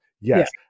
Yes